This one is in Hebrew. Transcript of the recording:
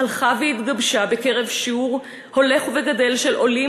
הלכה והתגבשה בקרב שיעור הולך וגדל של עולים